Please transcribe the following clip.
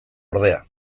ordea